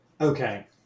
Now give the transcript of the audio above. Okay